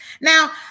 Now